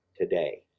today